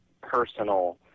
personal